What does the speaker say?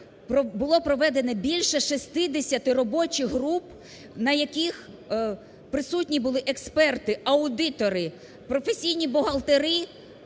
Було проведено більше 60 робочих груп, на яких присутні були експерти, аудитори, професійні бухгалтери,